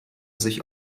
sich